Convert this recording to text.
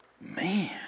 man